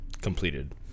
completed